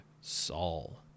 Saul